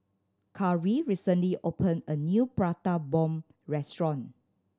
Karley recently opened a new Prata Bomb restaurant